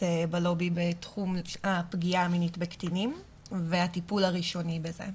בלובי בתחום הפגיעה המינית בקטינים והטיפול הראשוני בזה.